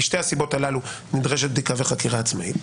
משתי הסיבות הללו נדרשת בדיקה וחקירה עצמאית.